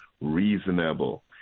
reasonable